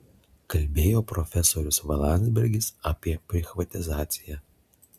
kalbėjo profesorius v landsbergis apie prichvatizaciją